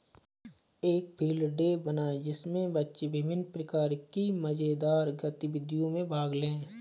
एक field day बनाएं जिसमें बच्चे विभिन्न प्रकार की मजेदार गतिविधियों में भाग लें